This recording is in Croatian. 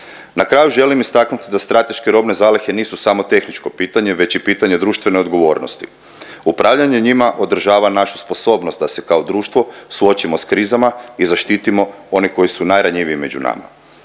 Na kraju želim istaknut da strateške robne zalihe nisu samo tehničko pitanje već i pitanje društvene odgovornosti. Upravljanje njima održava našu sposobnost da se kao društvo suočimo s krizama i zaštitimo one koji su najranjiviji među nama.